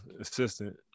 assistant